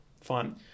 Fine